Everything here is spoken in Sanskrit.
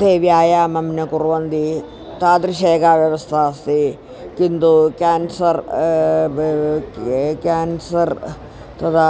ते व्यायामं न कुर्वन्ति तादृशी एका व्यवस्था अस्ति किन्तु केन्सर् केन्सर् तदा